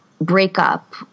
breakup